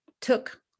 took